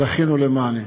זכינו למענה.